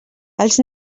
els